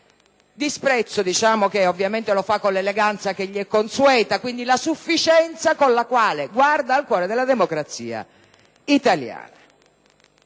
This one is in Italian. disprezzo (ovviamente lo fa con l'eleganza che gli è consueta), la sufficienza con cui guarda al cuore della democrazia italiana.